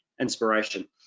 inspiration